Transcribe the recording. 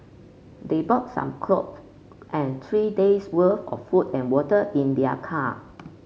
they brought some clothes and three days'worth of food and water in their car